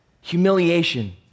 humiliation